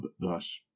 thus